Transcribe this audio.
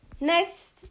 next